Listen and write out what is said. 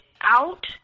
out